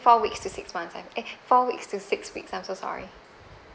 four weeks to six months eh four weeks to six weeks I'm so sorry